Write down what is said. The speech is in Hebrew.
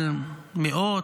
על מאות,